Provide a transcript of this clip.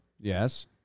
Yes